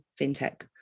fintech